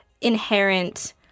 inherent